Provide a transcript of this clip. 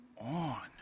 on